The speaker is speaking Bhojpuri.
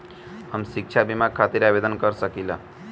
हम शिक्षा बीमा खातिर आवेदन कर सकिला?